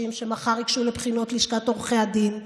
שמחר ייגשו לבחינות לשכת עורכי הדין.